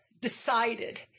decided